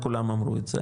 כולם אמרו את זה,